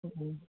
ꯎꯝ